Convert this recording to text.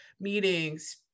meetings